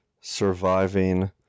surviving